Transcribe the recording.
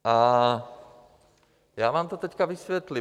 A já vám to teďka vysvětlím.